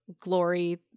glory